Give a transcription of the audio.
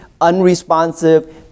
unresponsive